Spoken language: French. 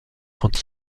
quand